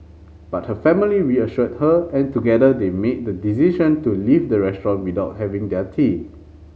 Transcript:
but her family reassured her and together they made the decision to leave the restaurant without having their tea